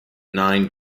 nine